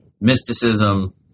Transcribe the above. mysticism